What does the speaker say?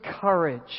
courage